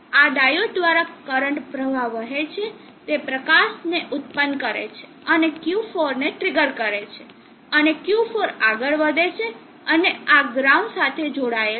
આ ડાયોડ દ્વારા કરંટ પ્રવાહ વહે છે તે પ્રકાશને ઉત્પન્ન કરે છે અને Q4 ને ટ્રિગર કરે છે અને Q4 આગળ વધે છે અને આ ગ્રાઉન્ડ સાથે જોડાયેલ છે